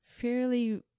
fairly